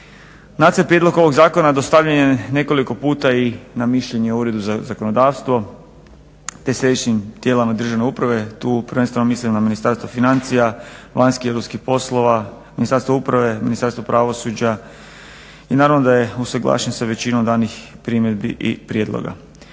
Nacrt prijedloga ovog zakona dostavljen je nekoliko puta i na mišljenje ureda za zakonodavstvo, te središnjim tijelima državne uprave tu prvenstveno mislim na Ministarstvo financija, vanjskih i europskih poslova, Ministarstvo uprave, Ministarstvo pravosuđa i naravno da je usuglašen sa većinom danih primjedbi i prijedloga.